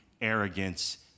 arrogance